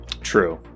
True